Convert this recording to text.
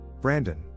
Brandon